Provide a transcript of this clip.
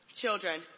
Children